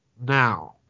now